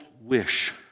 wish